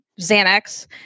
Xanax